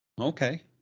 okay